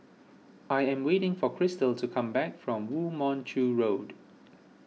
I am waiting for Cristal to come back from Woo Mon Chew Road